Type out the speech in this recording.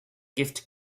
gift